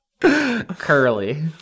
curly